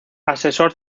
asesor